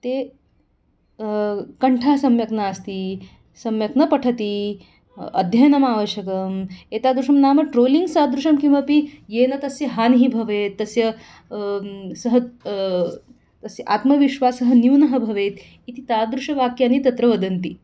ते कण्ठः सम्यक् नास्ति सम्यक् न पठति अध्ययनम् आवश्यकम् एतादृशं नाम ट्रोलिङ्ग् सादृशं किमपि येन तस्य हानिः भवेत् तस्य सः तस्य आत्मविश्वासः न्यूनः भवेत् इति तादृशवाक्यानि तत्र वदन्ति